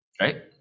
Right